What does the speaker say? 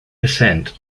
percent